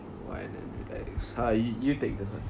unwind and relax ah yo~ you take this one